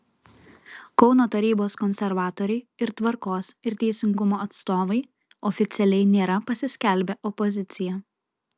kauno tarybos konservatoriai ir tvarkos ir teisingumo atstovai oficialiai nėra pasiskelbę opozicija